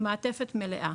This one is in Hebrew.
מעטפת מלאה.